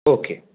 okay